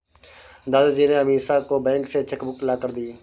दादाजी ने अमीषा को बैंक से चेक बुक लाकर दी